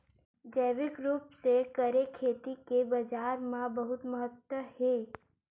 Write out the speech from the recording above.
जैविक रूप से करे खेती के बाजार मा बहुत महत्ता हे